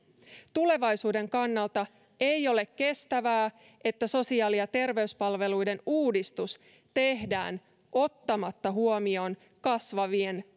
tulevaisuuden kannalta ei ole kestävää että sosiaali ja terveyspalveluiden uudistus tehdään ottamatta huomioon kasvavien